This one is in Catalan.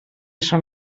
són